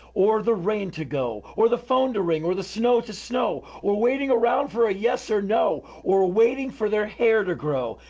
or the rain to go, or the phone to ring, or the snow to snow, or waiting around for a yes or no, or ah waiting for their hair to grow.